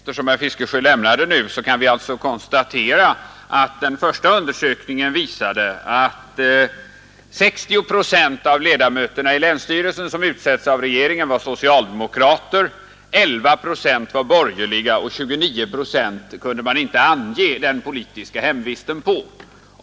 Herr talman! Med anknytning till de uppgifter herr Fiskesjö lämnade nu kan vi konstatera att den första undersökningen visade att 60 procent av de ledamöter i länsstyrelserna, som utsetts av regeringen, var socialdemokrater, medan 11 procent var borgerliga och 29 procent inte kunde ange den politiska hemvisten.